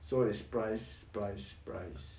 so it's price price price